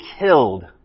killed